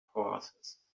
horses